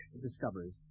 Discoveries